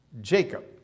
Jacob